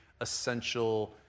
essential